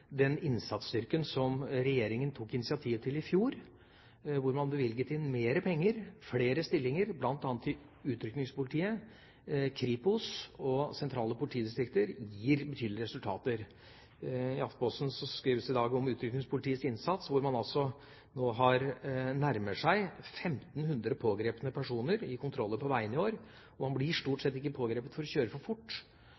den innsatsstyrken som regjeringa tok initiativ til i fjor, hvor man bevilget inn mer penger, flere stillinger, bl.a. til utrykningspolitiet, Kripos og sentrale politidistrikter, gir betydelige resultater. I Aftenposten skrives det i dag om utrykningspolitiets innsats, hvor man altså nå nærmer seg 1 500 pågrepne personer i kontroller på veiene i år. Man blir stort